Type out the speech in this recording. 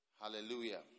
Hallelujah